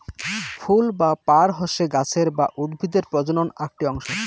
ফুল বা পার হসে গাছের বা উদ্ভিদের প্রজনন আকটি অংশ